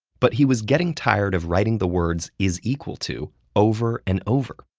but he was getting tired of writing the words is equal to over and over.